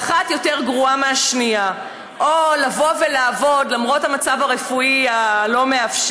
ואחת יותר גרועה מהשנייה: או לבוא ולעבוד למרות המצב הרפואי הלא-מאפשר,